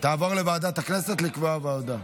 ועדת הכנסת נתקבלה.